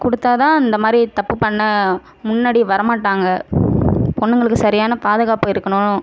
கொடுத்தா தான் இந்த மாதிரி தப்பு பண்ண முன்னாடி வர மாட்டாங்க பொண்ணுங்களுக்கு சரியான பாதுகாப்பு இருக்கணும்